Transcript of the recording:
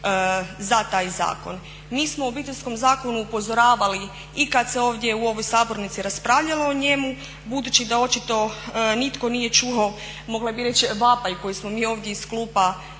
za taj zakon. Mi smo u Obiteljskom zakonu upozoravali i kad se ovdje u ovoj sabornici raspravljalo o njemu budući da očito nitko nije čuo mogla bi reći vapaj koji smo mi ovdje iz klupa upućivali.